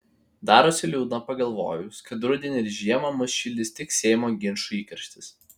darosi liūdna pagalvojus kad rudenį ir žiemą mus šildys tik seimo ginčų įkarštis